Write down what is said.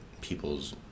people's